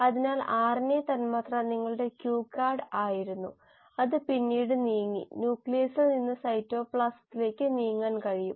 അതിനാൽ RNA തന്മാത്ര നിങ്ങളുടെ ക്യൂ കാർഡ് ആയിരുന്നു അത് പിന്നീട് നീങ്ങി ന്യൂക്ലിയസിൽ നിന്ന് സൈറ്റോപ്ലാസത്തിലേക്ക് നീങ്ങാൻ കഴിയും